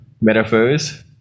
metaphors